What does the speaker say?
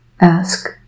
ask